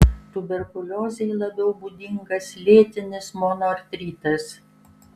tuberkuliozei labiau būdingas lėtinis monoartritas